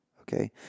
okay